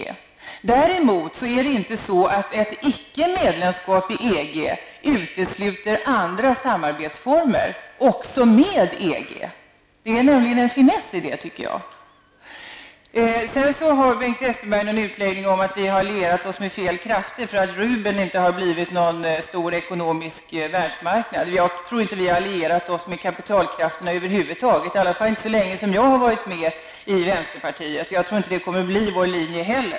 Däremot är det inte så att ett icke-medlemskap i EG utesluter andra samarbetsformer, också vad gäller EG. Det är nämligen en finess i det, tycker jag. Sedan höll Bengt Westerberg en utläggning om att vi har lierat oss med fel krafter och om att rubeln inte har blivit någon stark ekonomisk valuta. Jag tror inte att vi har lierat oss med kapitalkrafterna över huvud taget, i varje fall inte så länge jag har varit med i vänsterpartiet. Jag tror inte heller att det kommer att bli vår linje.